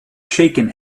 shaken